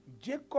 Jacob